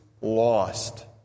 lost